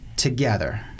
Together